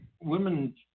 women